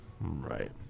Right